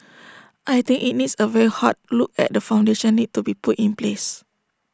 I think IT needs A very hard look at the foundations need to be put in place